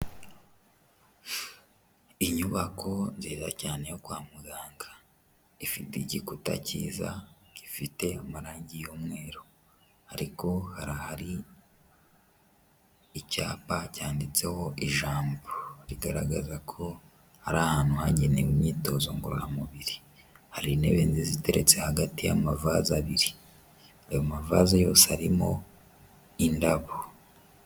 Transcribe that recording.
Inyubako nziza cyane yo kwa muganga ifite igikuta cyiza gifite amarange y'umweru ariko hari ahari icyapa cyanditseho ijambo rigaragaza ko ari ahantu hagenewe imyitozo ngororamubiri, hari intebe nziza iteretse hagati y'amavazi abiri, ayo mavazi yose arimo indabo.